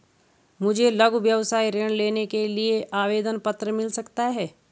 मुझे लघु व्यवसाय ऋण लेने के लिए आवेदन पत्र मिल सकता है?